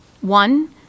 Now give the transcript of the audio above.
one